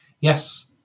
Yes